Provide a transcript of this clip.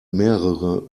mehrere